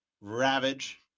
Ravage